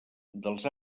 dels